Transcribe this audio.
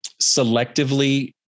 selectively